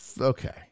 okay